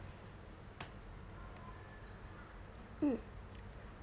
mm